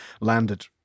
landed